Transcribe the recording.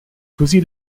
così